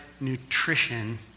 nutrition